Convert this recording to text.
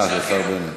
של השר בנט.